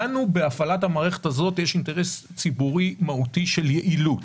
לנו בהפעלת המערכת הזאת יש אינטרס ציבורי מהותי של יעילות,